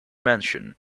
mansion